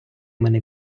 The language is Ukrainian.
мене